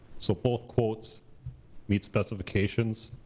so both quotes meet specifications.